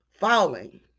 falling